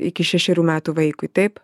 iki šešerių metų vaikui taip